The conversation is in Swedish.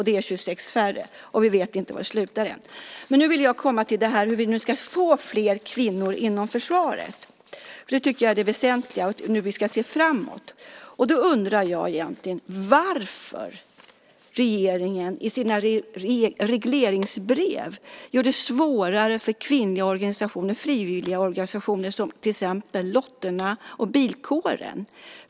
Det är 26 färre, och vi vet inte var det slutar än. Men nu vill jag komma till frågan hur vi ska få fler kvinnor inom försvaret. Det tycker jag är det väsentliga - hur vi ska se framåt. Då undrar jag varför regeringen i sina regleringsbrev gör det svårare för kvinnliga frivilligorganisationer som till exempel Lottorna och Bilkåren.